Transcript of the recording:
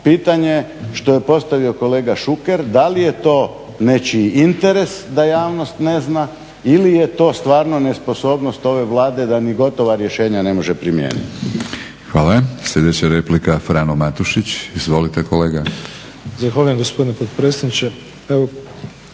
pitanje što je postavio kolega Šuker da li je to nečiji interes da javnost ne zna ili je to stvarno nesposobnost ove Vlade da niti gotova rješenja ne može primijeniti. **Batinić, Milorad (HNS)** Hvala. Sljedeća replika Frano Matušić. Izvolite kolega. **Matušić, Frano (HDZ)** Zahvaljujem gospodine potpredsjedniče.